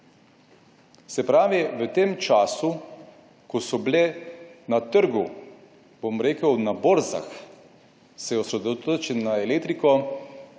Se pravi v tem času, ko so bile na trgu, bom rekel, na borzah se osredotočili na elektriko